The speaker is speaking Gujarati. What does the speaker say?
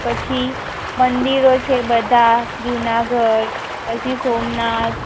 પછી મંદીરો છે બધા જૂનાગઢ પછી સોમનાથ